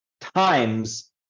times